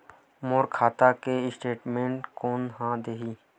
मोर खाता के स्टेटमेंट कोन ह देही?